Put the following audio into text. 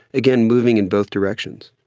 again, moving in both directions.